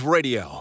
Radio